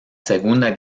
segunda